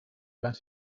about